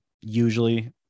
Usually